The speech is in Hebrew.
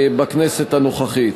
בכנסת הנוכחית.